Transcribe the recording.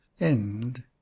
end